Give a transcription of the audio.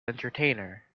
entertainer